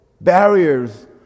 barriers